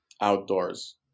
outdoors